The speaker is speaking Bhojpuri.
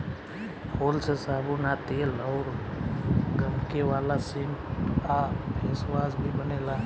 फूल से साबुन आ तेल अउर गमके वाला सेंट आ फेसवाश भी बनेला